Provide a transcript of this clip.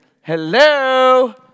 hello